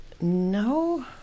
no